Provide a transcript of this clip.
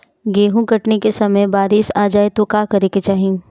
गेहुँ कटनी के समय बारीस आ जाए तो का करे के चाही?